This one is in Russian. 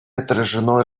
отражено